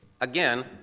Again